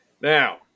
Now